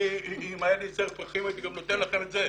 אם היה לי זר פרחים הייתי גם נותן לכם את זה.